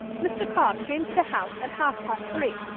mr. cobb came to the house at half-past three.